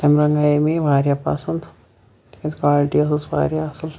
تمہ دۄہَن آیے مےٚ یہِ واریاہ پَسَنٛد کیاز کالٹی ٲسٕس واریاہ اَصل